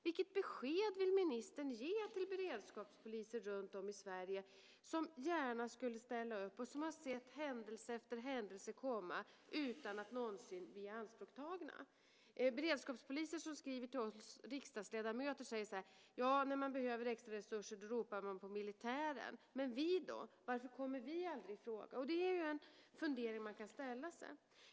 Vilket besked vill ministern ge beredskapspoliser runtom i Sverige som gärna skulle ställa upp och som har sett händelse efter händelse utan att de någonsin blivit ianspråktagna? Beredskapspoliser skriver till oss riksdagsledamöter: När man behöver extra resurser ropar man på militären. Men vi då? Varför kommer vi aldrig i fråga? Det är en fråga man kan ställa sig.